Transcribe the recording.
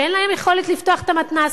שאין להם יכולת לפתוח את המתנ"ס.